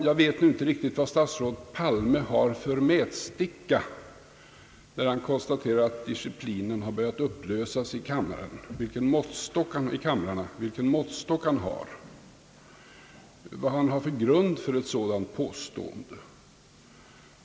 Jag vet inte vad statsrådet Palme har för mätsticka när han konstaterar att disciplinen håller på att upplösas i kamrarna och vad han har för grund för ett sådant påstående.